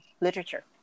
literature